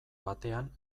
batean